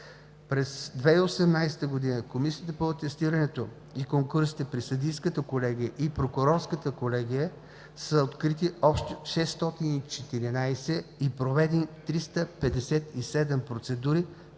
През 2018 г. Комисията по атестирането и конкурсите при Съдийската колегия и Прокурорската колегия са открити общо 614 и проведени 357 процедури